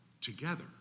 together